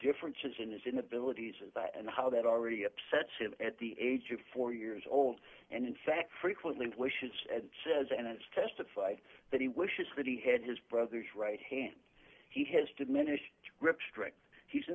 differences in his inabilities and that and how that already upsets him at the age of four years old and in fact frequently wishes and says and it's testified that he wishes that he had his brother's right hand he has diminished grip strength he's